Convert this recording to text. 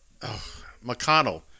McConnell